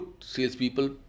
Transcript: salespeople